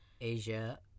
asia